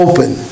Open